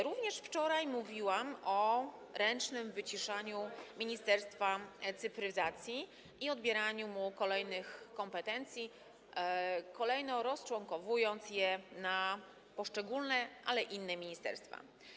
Również wczoraj mówiłam o ręcznym wyciszaniu Ministerstwa Cyfryzacji i odbieraniu mu kolejnych kompetencji, kolejno rozczłonkowując je na poszczególne, inne ministerstwa.